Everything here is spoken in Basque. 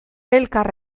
elkar